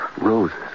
Roses